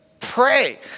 pray